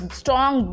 strong